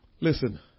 Listen